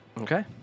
Okay